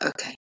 okay